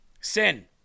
Sin